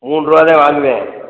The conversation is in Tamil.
மூன்றுரூவாதான் வாங்குவேன்